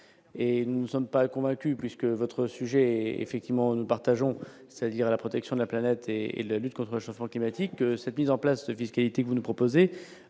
sens et nous sommes pas convaincu puisque votre sujet effectivement nous partageons, c'est-à-dire à la protection de la planète et la lutte contre le changement climatique, cette mise en place de vie, ce qui a été, vous nous proposez